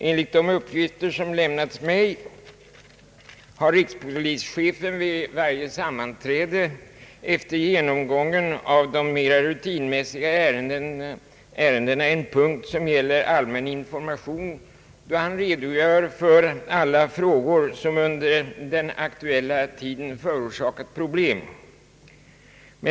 Enligt de uppgifter som lämnats mig har rikspolischefen vid varje sammanträde efter genomgången av de mera rutinmässiga ärendena en punkt som gäller allmän information, då han redogör för alla frågor som under den aktuella tiden förorsakat pro: blem.